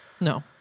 No